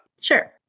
Sure